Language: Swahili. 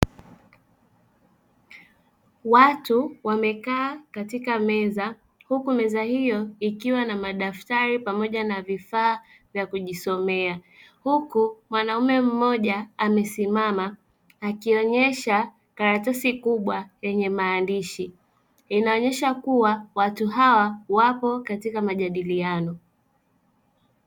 Watu wamekaa katika meza huku meza hiyo ikiwa na madaftari pamoja na vifaa vya kujisomea huku mwanaume mmoja amesimama akionyesha karatasi kubwa lenye maandishi, inaonyesha kuwa watu hawa wapo katika majadiliano.